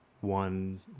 one